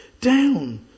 down